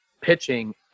pitching